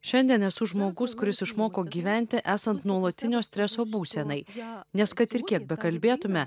šiandien esu žmogus kuris išmoko gyventi esant nuolatinio streso būsenai nes kad ir kiek bekalbėtume